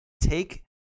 take